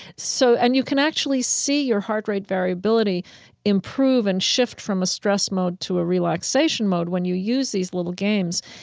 so and you can actually see your heart rate variability improve and shift from a stress mode to a relaxation mode when you use these little games.